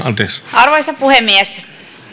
arvoisa puhemies